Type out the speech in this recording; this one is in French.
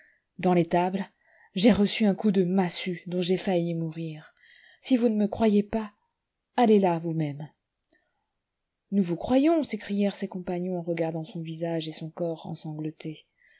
dans l'étable j'ai reçu un coup de massue dont j'ai failli mourir si vous ne me croyez pas allez là vousmêmes nous vous croyons s'écrièrent ses compagnons en regardant son visage et son corps